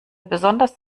besonders